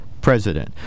president